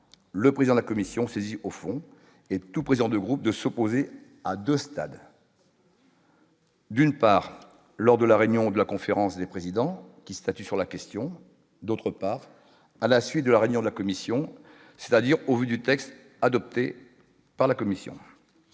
le président la commission, saisie au fond et tout président de groupe, de s'opposer à 2 stades. D'une part, lors de la réunion de la conférence des présidents, qui statue sur la question, d'autre part, à la suite de la réunion de la commission, c'est-à-dire au vu du texte adopté par la commission